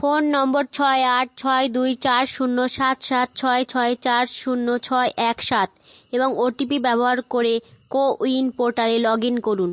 phone নম্বর ছয় আট ছয় দুই চার শূন্য সাত সাত ছয় ছয় চার শূন্য ছয় এক সাত এবং ওটিপি ব্যবহার করে কোউইন পোর্টালে লগ ইন করুন